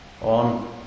on